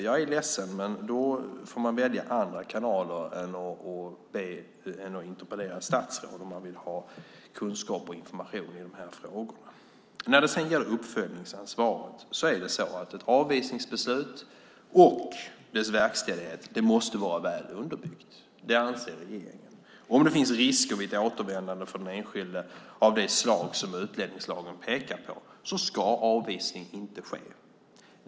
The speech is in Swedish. Jag är ledsen, men om hon vill ha kunskap och information i dessa frågor får hon välja andra kanaler än att interpellera statsråd. När det sedan gäller uppföljningsansvaret måste ett avvisningsbeslut och dess verkställighet vara väl underbyggt. Det anser regeringen. Om det vid ett återvändande finns risker för den enskilde av det slag som utlänningslagen pekar på ska avvisning inte ske.